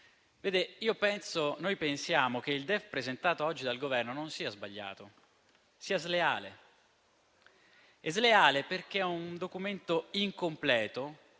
presi. Noi pensiamo che il DEF presentato oggi dal Governo non sia sbagliato ma sleale, perché è un documento incompleto,